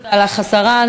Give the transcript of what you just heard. תודה לך, השרה.